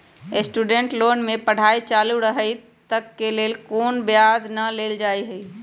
student loan में पढ़ाई चालू रहइत तक के लेल कोनो ब्याज न लेल जाइ छइ